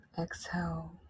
Exhale